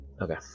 okay